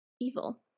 evil